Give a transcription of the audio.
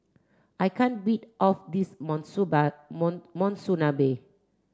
I can't beat of this Monsuba Mon Monsunabe